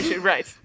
right